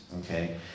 okay